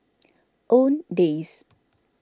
Owndays